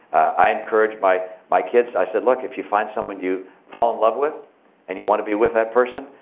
i encouraged my my kids, i said, look, if you find someone you fall in love with and you want to be with that person,